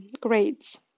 grades